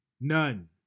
None